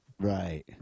Right